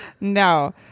no